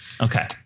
okay